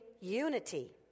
unity